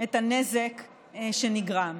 את הנזק שנגרם.